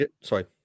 sorry